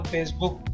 Facebook